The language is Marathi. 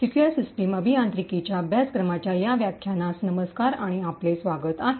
सिक्युअर सिस्टम्स अभियांत्रिकीच्या अभ्यासक्रमाच्या या व्याख्यानास नमस्कार आणि आपले स्वागत आहे